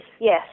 yes